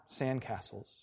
sandcastles